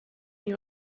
you